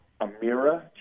Amira